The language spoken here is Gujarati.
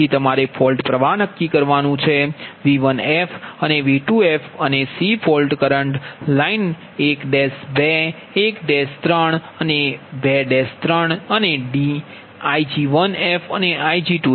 તેથી તમારે ફોલ્ટ પ્ર્વાહ નક્કી કરવું પડશે પછી V1f અને V2f અને સી ફોલ્ટ કરંટ લાઇન 1 2 1 3 અને 2 3 અને d Ig1f અને Ig2f છે